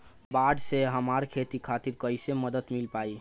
नाबार्ड से हमरा खेती खातिर कैसे मदद मिल पायी?